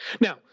Now